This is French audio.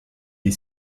est